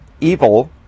evil